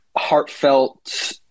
heartfelt